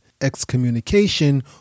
excommunication